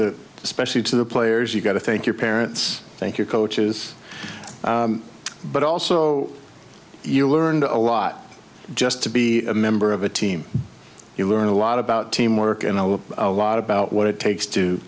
the especially to the players you've got to thank your parents thank your coaches but also you learned a lot just to be a member of a team you learn a lot about teamwork and i will a lot about what it takes to